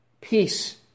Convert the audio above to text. peace